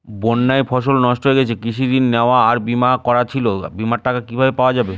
বন্যায় ফসল নষ্ট হয়ে গেছে কৃষি ঋণ নেওয়া আর বিমা করা ছিল বিমার টাকা কিভাবে পাওয়া যাবে?